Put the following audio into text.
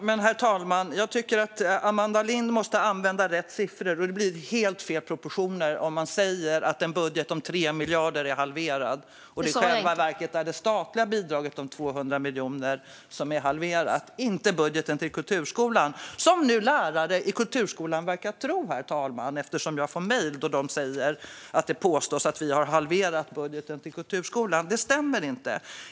Herr talman! Jag tycker att Amanda Lind måste använda rätt siffror. Det blir helt fel proportioner om man säger att en budget om 3 miljarder är halverad. : Det sa jag inte.) I själva verket är det det statliga bidraget om 200 miljoner som är halverat, inte budgeten till kulturskolan - som lärare i kulturskolan nu verkar tro, herr talman, eftersom jag får mejl där de skriver att det påstås att vi har halverat budgeten till kulturskolan. Det stämmer inte.